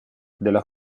della